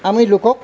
আমি লোকক